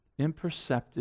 imperceptive